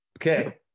okay